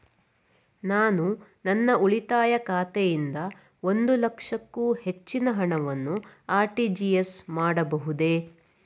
ನಾನು ನನ್ನ ಉಳಿತಾಯ ಖಾತೆಯಿಂದ ಒಂದು ಲಕ್ಷಕ್ಕೂ ಹೆಚ್ಚಿನ ಹಣವನ್ನು ಆರ್.ಟಿ.ಜಿ.ಎಸ್ ಮಾಡಬಹುದೇ?